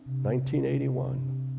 1981